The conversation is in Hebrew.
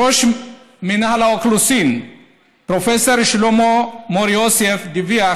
ראש מינהל האוכלוסין פרופ' שלמה מור-יוסף דיווח